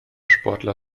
sportler